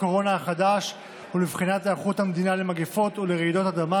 הקורונה החדש ולבחינת היערכות המדינה למגפות ולרעידות אדמה,